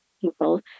people